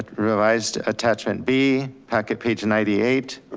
revised attachment b, packet page ninety eight,